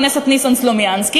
הנני מתכבד להודיעכם,